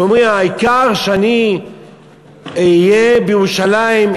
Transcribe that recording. ואומרים: העיקר שאני אהיה בירושלים,